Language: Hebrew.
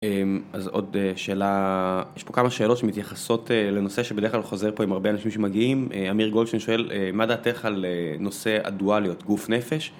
אז עוד שאלה, יש פה כמה שאלות שמתייחסות לנושא שבדרך כלל חוזר פה עם הרבה אנשים שמגיעים, אמיר גולדשטיין שואל מה דעתך על נושא הדואליות גוף נפש?